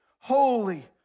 holy